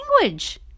language